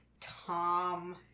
Tom